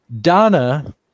Donna